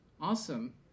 awesome